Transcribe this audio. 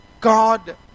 God